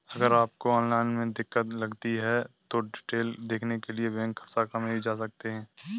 अगर आपको ऑनलाइन में दिक्कत लगती है तो डिटेल देखने के लिए बैंक शाखा में भी जा सकते हैं